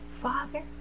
Father